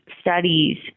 studies